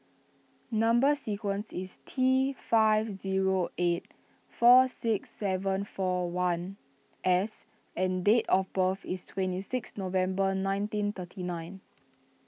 Number Sequence is T five zero eight four six seven four one S and date of birth is twenty six November nineteen thirty nine